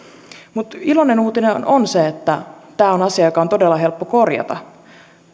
mutta iloinen uutinen on on se että tämä on asia joka on todella helppo korjata